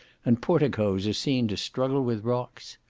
and porticos are seen to struggle with rocks.